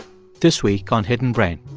this week on hidden brain